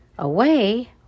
Away